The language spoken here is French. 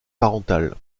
parental